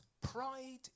pride